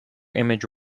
image